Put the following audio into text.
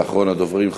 ואחרון הדוברים,